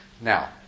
Now